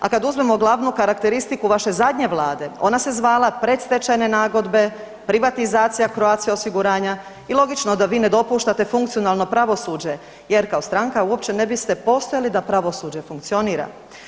A kad uzmemo glavnu karakteristiku vaše zadnje vlade ona se zvala predstečajne nagodbe, privatizacija Croatia osiguranja i logično da vi ne dopuštate funkcionalno pravosuđe jer kao stranka uopće ne biste postojali da pravosuđe funkcionira.